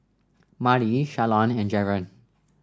Marlie Shalon and Jaron